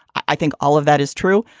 i think all of that is true.